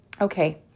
Okay